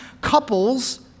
couples